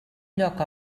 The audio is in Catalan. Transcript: lloc